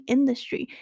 Industry